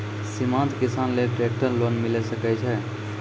सीमांत किसान लेल ट्रेक्टर लोन मिलै सकय छै?